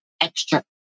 extra